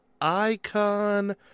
icon